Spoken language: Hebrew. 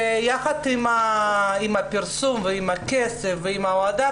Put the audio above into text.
ויחד עם הפרסום ועם הכסף ועם האהדה,